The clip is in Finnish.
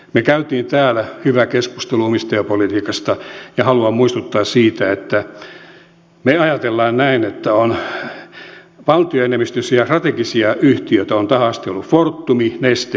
me kävimme täällä hyvän keskustelun omistajapolitiikasta ja haluan muistuttaa siitä että me ajattelemme näin että valtioenemmistöisiä strategisia yhtiöitä ovat tähän asti olleet fortum neste ja finnair